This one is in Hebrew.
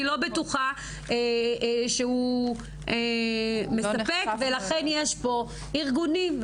אני לא בטוחה שהוא מספק ולכן יש פה ארגונים.